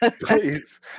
please